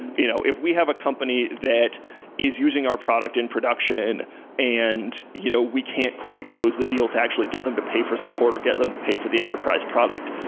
you know if we have a company that is using our product in production and you know we can't quite close the deal to actually get them to pay for support or get them to pay for the enterprise product,